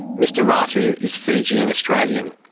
mr ratu is fijian australian,